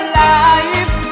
life